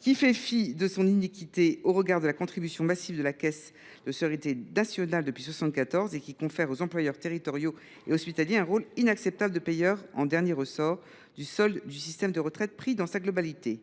qui fait fi de son iniquité au regard de la contribution massive de la Caisse à la solidarité nationale depuis 1974 et qui confère aux employeurs territoriaux et hospitaliers un rôle inacceptable de payeurs en dernier ressort du solde du système de retraite pris dans sa globalité